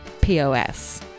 pos